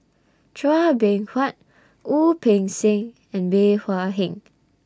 Chua Beng Huat Wu Peng Seng and Bey Hua Heng